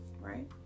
right